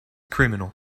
criminal